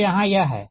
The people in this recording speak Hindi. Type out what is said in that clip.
तो यहाँ यह है